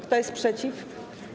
Kto jest przeciw?